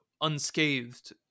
unscathed